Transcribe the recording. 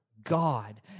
God